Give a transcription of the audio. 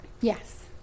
Yes